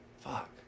Fuck